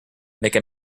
make